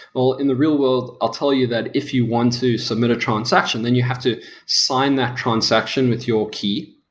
well, in the real world i'll tell you that if you want to submit a transaction then you have to sign that transaction with your key,